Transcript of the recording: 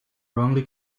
wrongly